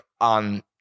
on